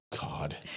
God